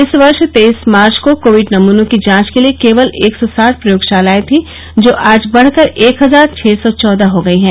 इस वर्ष तेईस मार्च को कोविड नमूनों की जांच के लिए केवल एक सौ साठ प्रयोगशालाए थीं जो आज बढ़कर एक हजार छ सौ चौदह हो गई हैं